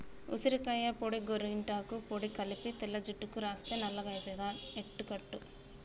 ఉసిరికాయ పొడి గోరింట పొడి కలిపి తెల్ల జుట్టుకు రాస్తే నల్లగాయితయి ఎట్టుకలు